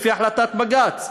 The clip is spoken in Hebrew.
לפי החלטת בג"ץ.